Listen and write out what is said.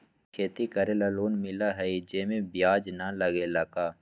खेती करे ला लोन मिलहई जे में ब्याज न लगेला का?